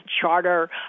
charter